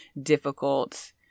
difficult